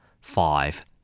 five